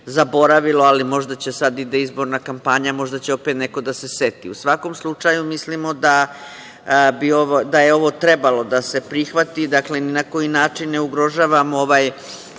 ali možda će sada, ide izborna kampanja, možda će opet neko da se seti.U svakom slučaju, mislimo da je ovo trebalo da se prihvati. Ni na koji način ne ugrožavamo ovaj